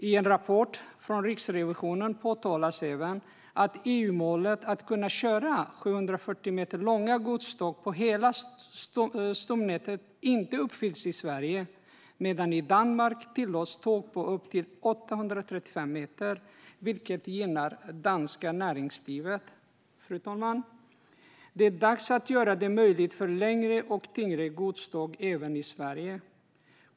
I en rapport från Riksrevisionen påpekas att EU-målet om att kunna köra med 740 meter långa godståg på hela stomnätet inte uppfylls i Sverige medan det i Danmark tillåts tåg på upp till 835 meter, vilket gynnar det danska näringslivet. Fru talman! Det är dags att göra det möjligt för längre och tyngre godståg även i Sverige.